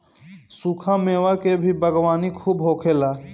सुखा मेवा के भी बागवानी खूब होखेला